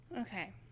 Okay